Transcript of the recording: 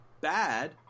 bad